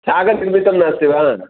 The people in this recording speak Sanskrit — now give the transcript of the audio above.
छागतिमितं नास्ति वा